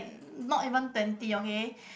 not even twenty okay